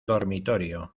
dormitorio